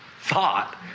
thought